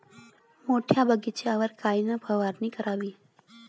मोठ्या बगीचावर कायन फवारनी करावी?